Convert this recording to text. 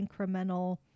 incremental